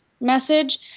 message